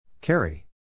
Carry